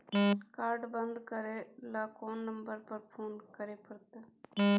Card बन्द करे ल कोन नंबर पर फोन करे परतै?